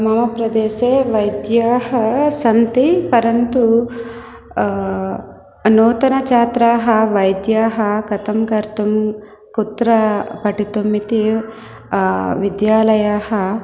मम प्रदेशे वैद्याः सन्ति परन्तु नूतनछात्राः वैद्याः कथं कर्तुं कुत्र पठितुमिति विद्यालयाः